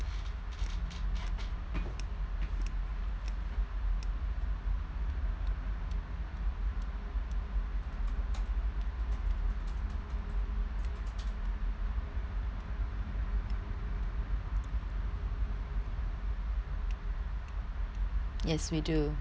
yes we do